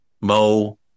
Mo